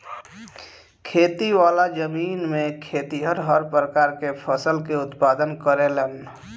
खेती वाला जमीन में खेतिहर हर प्रकार के फसल के उत्पादन करेलन